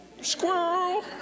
squirrel